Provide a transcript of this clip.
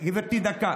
גברתי, דקה.